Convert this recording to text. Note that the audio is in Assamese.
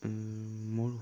মোৰ ঘৰত